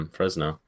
Fresno